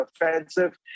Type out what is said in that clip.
offensive